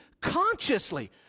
consciously